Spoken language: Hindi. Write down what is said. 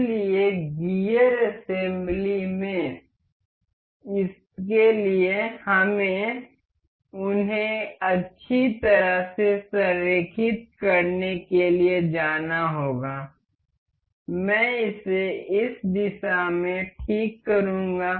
इसलिए गियर असेंबली में इसके लिए हमें उन्हें अच्छी तरह से संरेखित करने के लिए जाना होगा मैं इसे इस दिशा में ठीक करूंगा